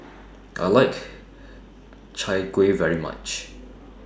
I like Chai Kueh very much